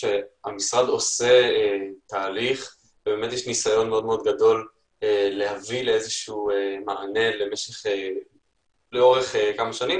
המשרד עושה תהליך ויש ניסיון גדול להביא מענה לכמה שנים,